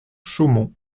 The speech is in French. chaumont